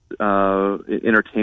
Entertainment